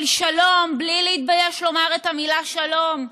של שלום, בלי להתבייש לומר את המילה "שלום",